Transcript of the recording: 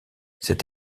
cette